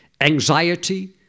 anxiety